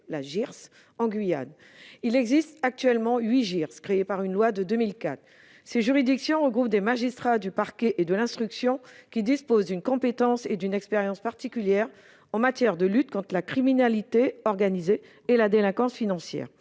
(JIRS) en Guyane. Il existe actuellement huit JIRS, lesquelles ont été créées par une loi de 2004. Ces juridictions regroupent des magistrats du parquet et de l'instruction qui disposent d'une compétence et d'une expérience particulières en matière de lutte contre la criminalité organisée et de délinquance financière.